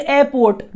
Airport